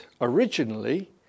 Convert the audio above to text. originally